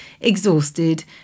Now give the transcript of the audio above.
exhausted